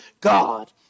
God